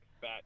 fat